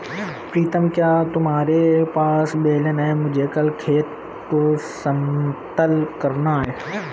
प्रीतम क्या तुम्हारे पास बेलन है मुझे कल खेत को समतल करना है?